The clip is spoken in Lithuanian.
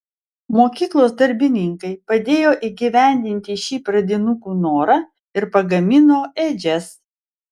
mokyklos darbininkai padėjo įgyvendinti šį pradinukų norą ir pagamino ėdžias